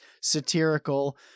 satirical